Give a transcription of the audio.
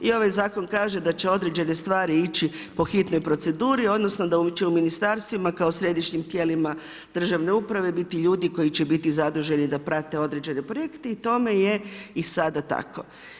I ovaj zakon kaže da će određene stvari ići po hitnoj proceduri odnosno da će u ministarstvima kao središnjim tijelima državne uprave biti ljudi koji će biti zaduženi da prate određene projekte i tome je i sada tako.